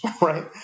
right